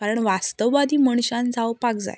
कारण वास्तववादी मनशान जावपाक जाय